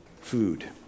food